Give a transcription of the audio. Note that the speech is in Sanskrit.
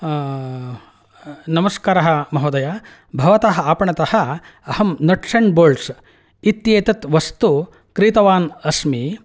नमस्कारः महोदय भवतः आपणतः अहं नट्स् अण्ड् बोल्ट्स् इत्येतत् वस्तु क्रीतवान् अस्मि